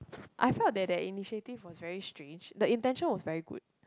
I felt that their initiative was very strange the intention was very good